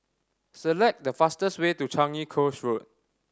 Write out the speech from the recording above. select the fastest way to Changi Coast Road